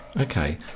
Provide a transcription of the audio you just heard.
Okay